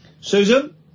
Susan